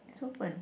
it's open